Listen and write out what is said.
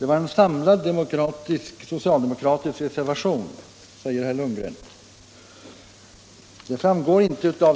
Herr talman! Detta är en samlad socialdemokratisk reservation, säger herr Lundgren. I